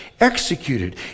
executed